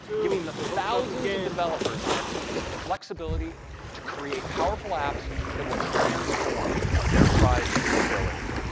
giving the thousands of developers on our teams the flexibility to create powerful apps that will transform enterprise mobility.